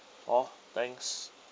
hor thanks